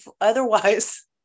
otherwise